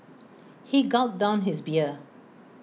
he gulped down his beer